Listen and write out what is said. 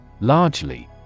Largely